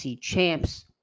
champs